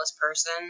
person